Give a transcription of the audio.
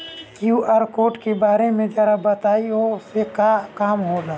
QR code के बारे में जरा बताई वो से का काम होला?